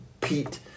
Pete